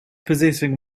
possessing